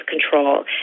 control